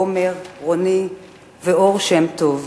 עומר, רוני ואור שם-טוב,